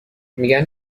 میگن